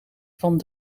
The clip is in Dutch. van